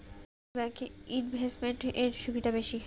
কোন ব্যাংক এ ইনভেস্টমেন্ট এর সুবিধা বেশি?